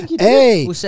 Hey